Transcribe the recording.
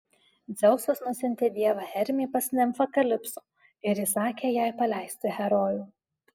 dzeusas nusiuntė dievą hermį pas nimfą kalipso ir įsakė jai paleisti herojų